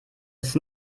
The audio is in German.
ist